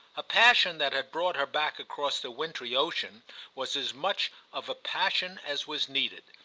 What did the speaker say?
a passion that had brought her back across the wintry ocean was as much of a passion as was needed.